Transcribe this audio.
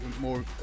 more